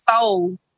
soul